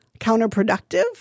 counterproductive